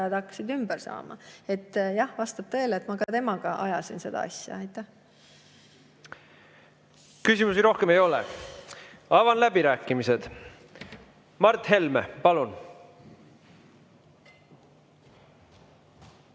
hakkasid ümber saama. Jah, vastab tõele, et ma ka temaga ajasin seda asja. Küsimusi rohkem ei ole. Avan läbirääkimised. Mart Helme, palun!